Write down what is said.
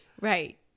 right